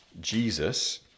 Jesus